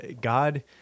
God